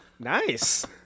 Nice